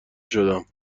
شدم